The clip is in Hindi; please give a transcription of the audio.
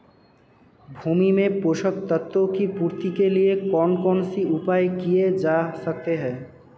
भूमि में पोषक तत्वों की पूर्ति के लिए कौन कौन से उपाय किए जा सकते हैं?